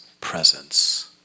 presence